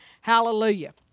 Hallelujah